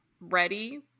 ready